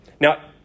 Now